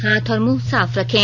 हाथ और मुंह साफ रखें